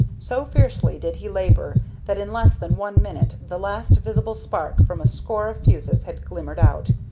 so fiercely did he labor that in less than one minute the last visible spark from a score of fuses had glimmered out,